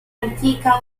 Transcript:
antica